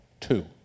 Two